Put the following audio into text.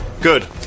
Good